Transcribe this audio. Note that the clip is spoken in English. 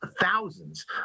thousands